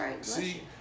See